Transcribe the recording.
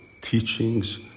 teachings